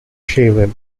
shaven